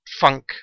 funk